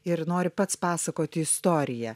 ir nori pats pasakoti istoriją